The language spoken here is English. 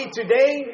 today